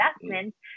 investments